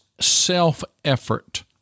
self-effort